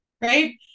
Right